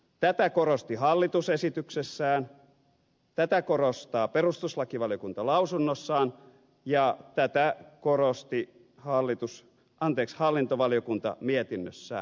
tätä korosti hallitus esityksessään tätä korosti perustuslakivaliokunta lausunnossaan ja tätä korosti hallintovaliokunta mietinnössään